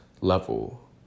level